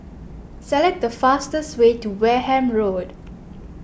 select the fastest way to Wareham Road